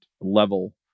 level